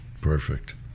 perfect